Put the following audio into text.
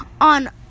on